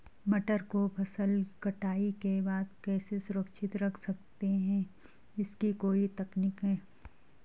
मटर को फसल कटाई के बाद कैसे सुरक्षित रख सकते हैं इसकी कोई तकनीक है?